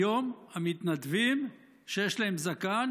היום המתנדבים שיש להם זקן